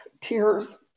tears